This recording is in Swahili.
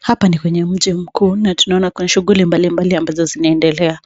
Hapa ni kwenye mji mkuu na tunaona kuna shughuli mbalimbali ambazo zinaendelea.